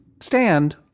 stand